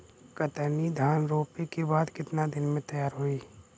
कतरनी धान रोपे के बाद कितना दिन में तैयार होई?